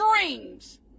dreams